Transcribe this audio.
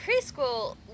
preschool